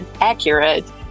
accurate